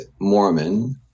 Mormon